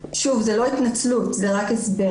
שוב, זו לא התנצלות, זה רק הסבר.